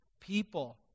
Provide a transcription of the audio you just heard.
People